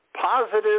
positive